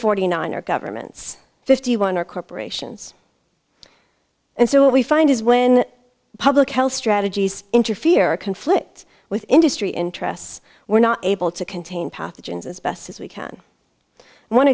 forty nine are governments fifty one are corporations and so what we find is when public health strategies interfere or conflict with industry interests we're not able to contain pathogens as best as we can one